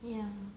ya